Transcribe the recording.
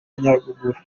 nyaruguru